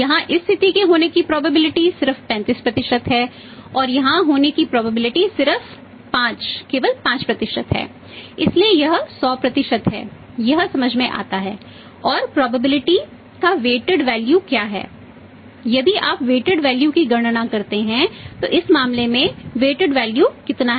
यहां इस स्थिति के होने की प्रोबेबिलिटी देने का निर्णय लेता है